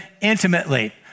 intimately